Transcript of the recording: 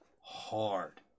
hard